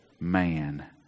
man